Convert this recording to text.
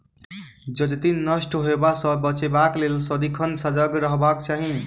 जजति नष्ट होयबा सँ बचेबाक लेल सदिखन सजग रहबाक चाही